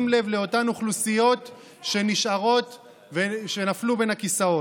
לב לאותן אוכלוסיות שנשארות ושנפלו בין הכיסאות.